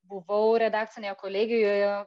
buvau redakcinėje kolegijoje